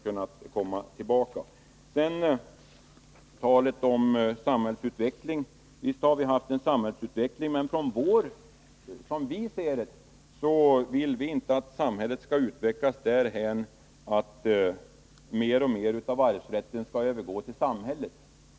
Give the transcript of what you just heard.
Sedan till talet om samhällsutveckling. Visst har vi haft en samhällsutveckling, men för vår del vill vi inte att samhället skall utvecklas därhän att mer och mer av arvsrätten övergår till samhället.